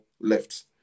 left